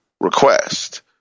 request